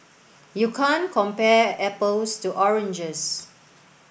you can't compare apples to oranges